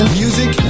music